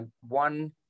one